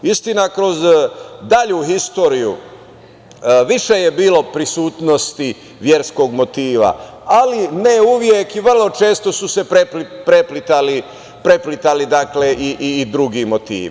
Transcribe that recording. Istina, kroz dalju istoriju, više je bilo prisutnosti verskog motiva, ali ne uvek i vrlo često su se preplitali i drugi motivi.